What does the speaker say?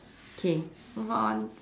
okay move on